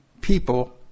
people